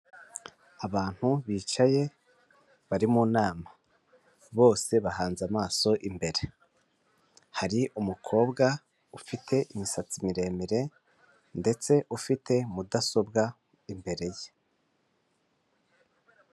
Abantu bicaye bari mu nama bose bahanze amaso imbere, hari umukobwa ufite imisatsi miremire ndetse ufite mudasobwa imbere ye.